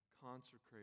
Consecrated